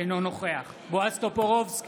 אינו נוכח בועז טופורובסקי,